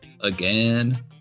Again